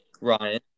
Ryan